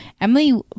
Emily